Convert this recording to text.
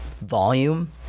volume